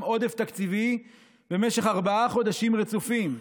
עודף תקציבי במשך ארבעה חודשים רצופים.